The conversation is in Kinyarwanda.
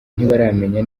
ntibaramenya